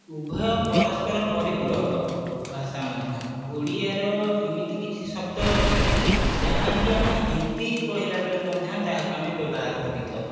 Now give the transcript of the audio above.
ଉଭୟ ପରସ୍ପର ପରିପୂରକ ଭାଷା ମଧ୍ୟ ଓଡ଼ିଆର ଏମିତି କିଛି ଭାଷା ଅଛି ଯାହାକି ଆମେ ହିନ୍ଦୀ କହିଲା ବେଳେ ମଧ୍ୟ ତାହାକୁ ଆମେ ବ୍ୟବହାର କରିଥାଉ